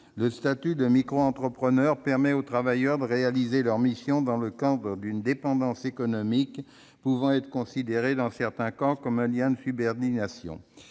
Le statut de micro-entrepreneur permet aux travailleurs de réaliser leurs missions dans le cadre d'une dépendance économique pouvant être considérée, dans certains cas, comme un lien de subordination.